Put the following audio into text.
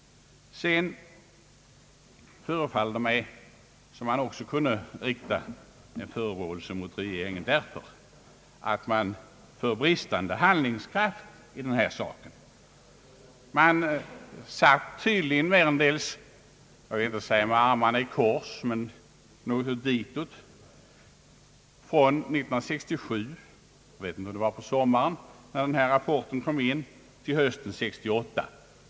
Det förefaller mig för det andra som om man också kan förebrå regeringen för bristande handlingskraft i detta ärende. Man satt tydligen merendels om inte med armarna i kors så något i den stilen från år 1967 — jag vet inte säkert om det var på sommaren denna rapport avgavs — fram till hösten 1968.